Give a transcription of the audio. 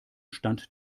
stand